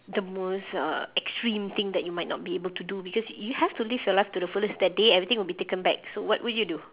the most uh extreme thing that you might not be able to do because you have to live your life to the fullest that day everything will be taken back so what will you do